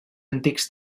antics